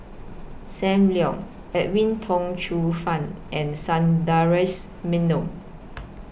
SAM Leong Edwin Tong Chun Fai and Sundaresh Menon